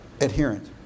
Adherent